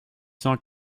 cent